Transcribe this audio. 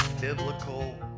Biblical